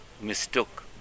mistook